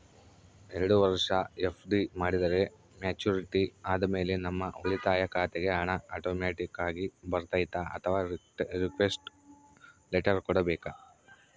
ಎರಡು ವರುಷ ಎಫ್.ಡಿ ಮಾಡಿದರೆ ಮೆಚ್ಯೂರಿಟಿ ಆದಮೇಲೆ ನಮ್ಮ ಉಳಿತಾಯ ಖಾತೆಗೆ ಹಣ ಆಟೋಮ್ಯಾಟಿಕ್ ಆಗಿ ಬರ್ತೈತಾ ಅಥವಾ ರಿಕ್ವೆಸ್ಟ್ ಲೆಟರ್ ಕೊಡಬೇಕಾ?